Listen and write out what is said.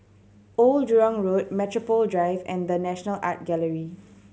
Old Jurong Road Metropole Drive and The National Art Gallery